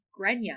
Grenya